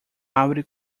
árvore